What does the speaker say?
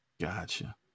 Gotcha